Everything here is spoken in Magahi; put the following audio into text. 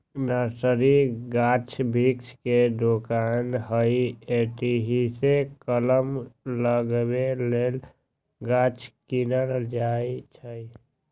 नर्सरी गाछ वृक्ष के दोकान हइ एतहीसे कलम लगाबे लेल गाछ किनल जाइ छइ